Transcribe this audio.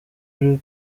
ariwe